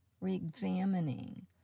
re-examining